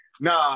Nah